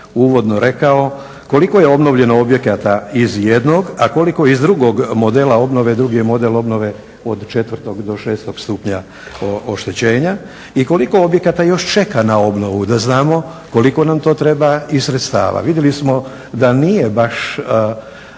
uvodno rekao koliko je obnovljeno objekata iz jednog a koliko iz drugog modela obnove, drugi model obnove od 4. do 6.stupnja oštećenja i koliko objekata još čeka na ovnovu da znamo koliko nam to treba i sredstava. Vidjeli smo da nije baš